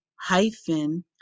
hyphen